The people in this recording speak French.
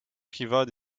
privat